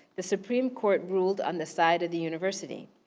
the supreme court ruled on the side of the university.